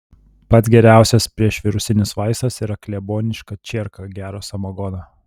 pats geriausias priešvirusinis vaistas yra kleboniška čierka gero samagono